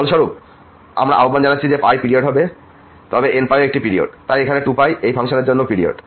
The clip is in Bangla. ফলস্বরূপ আমরা আহ্বান জানাচ্ছি যে যদি পিরিয়ড হয় তবে nπ ও একটি পিরিয়ড তাই এখানে 2π এই ফাংশনের জন্যও পিরিয়ড